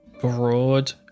broad